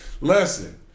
Listen